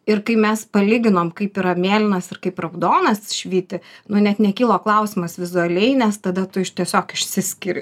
ir kai mes palyginom kaip yra mėlynas ir kaip raudonas švyti nu net nekilo klausimas vizualiai nes tada tu iš tiesiog išsiskiri